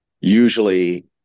usually